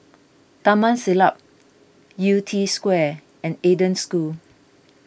Taman Siglap Yew Tee Square and Eden School